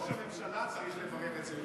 ראש הממשלה צריך לברר את זה,